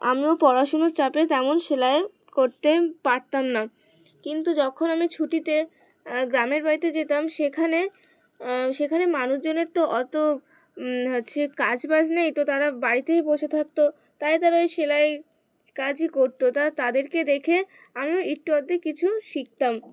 আমিও পড়াশুনোর চাপে তেমন সেলাই করতে পারতাম না কিন্তু যখন আমি ছুটিতে গ্রামের বাড়িতে যেতাম সেখানে সেখানে মানুষজনের তো অত হচ্ছে কাজ বাজ নেই তো তারা বাড়িতেই বসে থাকতো তাই তারা ওই সেলাই কাজই করতো তা তাদেরকে দেখে আমিও একটু আধটু কিছু শিখতাম